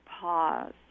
pause